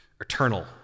eternal